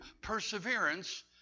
perseverance